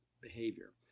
behavior